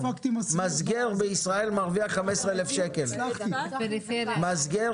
מסגר בישראל מרוויח 15,000. מסגר